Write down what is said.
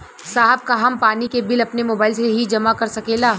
साहब का हम पानी के बिल अपने मोबाइल से ही जमा कर सकेला?